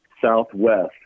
southwest